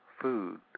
food